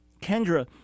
Kendra